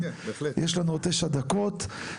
יש לנו תשע דקות,